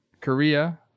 Korea